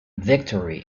victory